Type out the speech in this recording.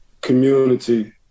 community